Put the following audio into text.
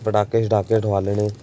पटाके शटाके ठोआलने